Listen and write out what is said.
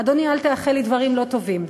אדוני, אל תאחל לי דברים לא טובים.